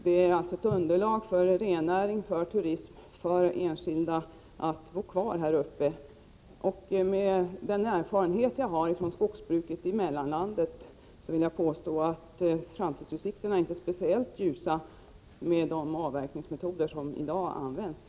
Dessa skogar är underlag för rennäring, för turism och för enskildas möjligheter att över huvud taget bo kvar där uppe. Med den erfarenhet som jag har av skogsbruket i mellanområdena vill jag påstå att framtidsutsikterna med de metoder som i dag används inte är speciellt ljusa.